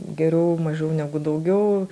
geriau mažiau negu daugiau